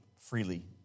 freely